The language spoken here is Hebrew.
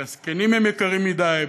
והזקנים הם יקרים מדי,